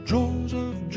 Joseph